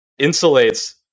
insulates